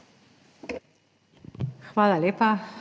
Hvala lepa.